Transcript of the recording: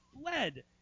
fled